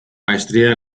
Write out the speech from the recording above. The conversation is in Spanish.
maestría